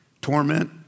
torment